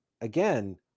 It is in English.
again